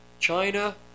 China